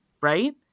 right